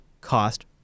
cost